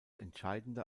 entscheidende